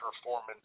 performance